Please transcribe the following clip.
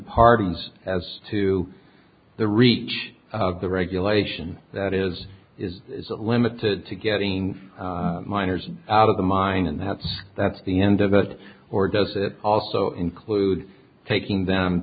pardons as to the reach of the regulation that is is limited to getting miners out of the mine and that's that's the end of it or does it also include taking them